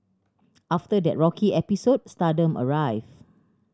after that rocky episode stardom arrived